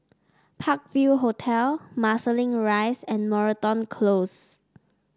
Park View Hotel Marsiling Rise and Moreton Close